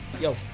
Yo